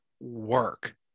work